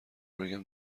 بگم